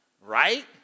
right